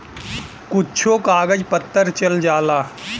कुच्छो कागज पत्तर चल जाला